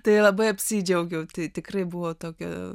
tai labai apsidžiaugiau tai tikrai buvo tokia